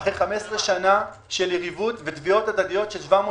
אחרי 15 שהנה של יריבות ותביעות הדדיות של 700,